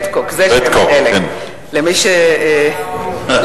זה שם הדלק למי שתהה,